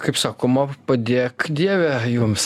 kaip sakoma padėk dieve jums